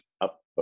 up